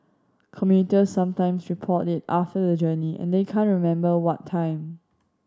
commuters sometimes report it after the journey and they can't remember what time